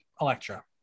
Electra